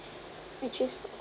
which is